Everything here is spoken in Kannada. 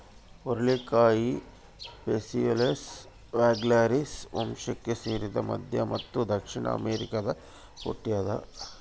ಹುರುಳಿಕಾಯಿ ಫೇಸಿಯೊಲಸ್ ವಲ್ಗ್ಯಾರಿಸ್ ವಂಶಕ್ಕೆ ಸೇರಿದ ಮಧ್ಯ ಮತ್ತು ದಕ್ಷಿಣ ಅಮೆರಿಕಾದಾಗ ಹುಟ್ಯಾದ